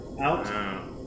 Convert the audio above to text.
out